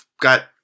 got